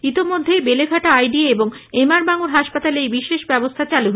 ইতোমধ্যে বেলেঘাটা আইডি এবং এমআর বাঙুর হাসপাতালে এই বিশেষ ব্যবস্থা চালু হয়েছে